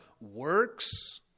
works